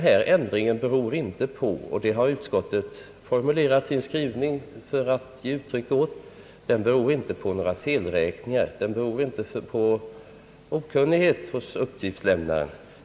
Denna ändring beror inte — och det har utskottet givit uttryck åt i sin skrivning — på några felräkningar, den beror inte på okunnighet hos uppgiftslämnaren.